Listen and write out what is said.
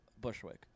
Bushwick